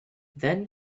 then